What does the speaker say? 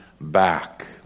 back